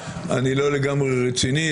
אני לא לגמרי רציני,